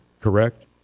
correct